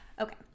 Okay